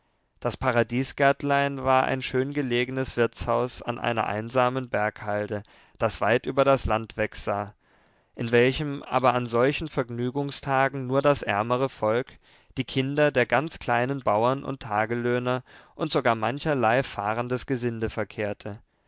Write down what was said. das paradiesgärtlein war ein schöngelegenes wirtshaus an einer einsamen berghalde das weit über das land wegsah in welchem aber an solchen vergnügungstagen nur das ärmere volk die kinder der ganz kleinen bauern und tagelöhner und sogar mancherlei fahrendes gesinde verkehrte